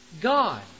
God